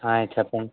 చెప్పండి